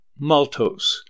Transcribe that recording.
maltose